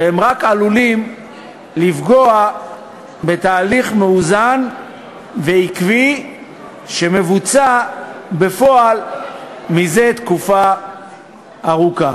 והם רק עלולים לפגוע בתהליך מאוזן ועקבי שמבוצע בפועל זה תקופה ארוכה.